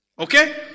okay